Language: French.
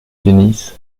tennis